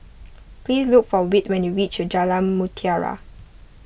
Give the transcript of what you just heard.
please look for Whit when you reach Jalan Mutiara